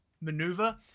maneuver